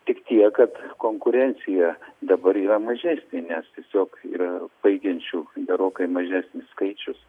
tik tiek kad konkurencija dabar yra mažesnė nes tiesiog yra baigiančių gerokai mažesnis skaičius